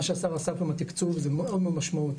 מה שהשר עשה פה עם התקצוב זה מאוד מאוד משמעותי,